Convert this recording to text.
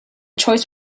choice